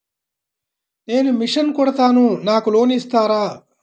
నేను మిషన్ కుడతాను నాకు లోన్ ఇస్తారా?